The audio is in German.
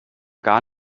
gar